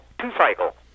two-cycle